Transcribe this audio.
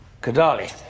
Kadali